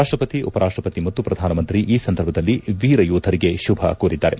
ರಾಷ್ಟಪತಿ ಉಪರಾಷ್ಟಪತಿ ಮತ್ತು ಪ್ರಧಾನಮಂತ್ರಿ ಈ ಸಂದರ್ಭದಲ್ಲಿ ವೀರಯೋಧರಿಗೆ ಶುಭ ಕೋರಿದ್ದಾರೆ